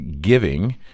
giving